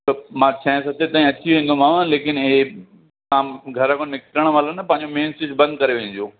त मां छह सत ताईं अची वेंदोमांव लेकिन इहा तव्हां घर खों निकिरण महिल न पंहिंजो मेन स्विच बंदि करे वञिजो